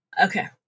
Okay